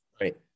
Right